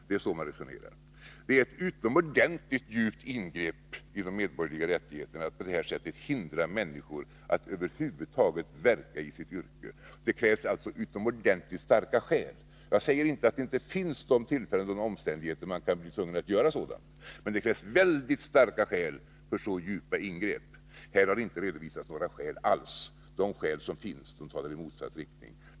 Det är så man resonerar. Det är ett utomordentligt djupt ingrepp i de medborgerliga rättigheterna att på det här sättet hindra människor att över huvud taget verka i sitt yrke. Det krävs alltså utomordentligt starka skäl. Jag säger inte att det inte finns omständigheter då man kan bli tvungen att göra så. Men det krävs väldigt starka skäl för så djupa ingrepp. Här har det inte redovisats några skäl alls. De skäl som finns talar i motsatt riktning.